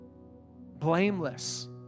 Blameless